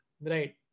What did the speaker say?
Right